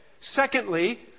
Secondly